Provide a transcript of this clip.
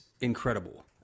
incredible